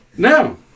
No